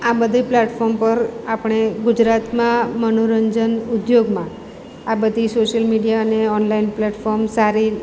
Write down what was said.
આ બધી પ્લેટફોર્મ પર આપણે ગુજરતમાં મનોરંજન ઉદ્યોગમાં આ બધી સોશિયલ મીડિયા અને ઓનલાઈન પ્લેટફોર્મ સારી